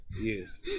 Yes